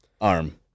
Arm